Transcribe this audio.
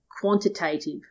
quantitative